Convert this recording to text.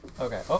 Okay